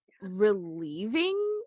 relieving